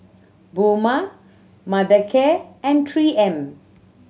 Puma Mothercare and Three M